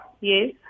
Yes